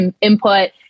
input